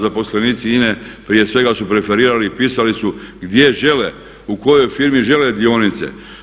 Zaposlenici INA-e prije svega su preferirali i pisali su gdje žele, u kojoj firmi žele dionice.